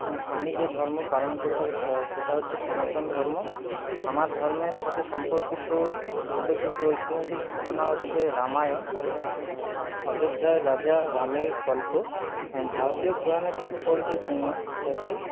আমি যে ধর্ম পালন করে থাকি সেটা হচ্ছে সনাতন ধর্ম আমার ধর্মের সাথে সম্পর্কিত একটি উল্লেখযোগ্য ঐতিহাসিক ঘটনা হচ্ছে রামায়ণ সেটা হচ্ছে অযোধ্যার রাজা রামের গল্প ভারতীয় পুরাণে তাৎপর্যপূর্ণ এটাতে